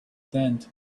tent